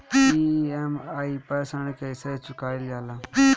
EMI पर ऋण कईसे चुकाईल जाला?